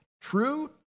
True